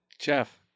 Jeff